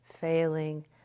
failing